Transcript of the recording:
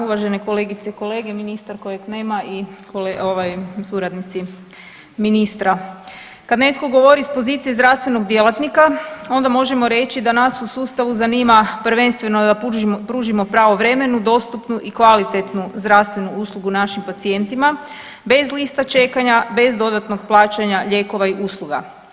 Uvažene kolegice i kolege, ministar koje nema i ovaj suradnici ministra, kad netko govori s pozicije zdravstvenog djelatnika onda možemo reći da nas u sustavu zanima prvenstveno da pružimo pravovremenu, dostupnu i kvalitetnu zdravstvenu uslugu našim pacijentima bez lista čekanja, bez dodatnog plaćanja lijekova i usluga.